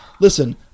listen